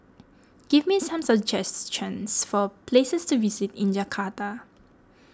give me some suggestions for places to visit in Jakarta